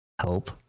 help